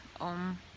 om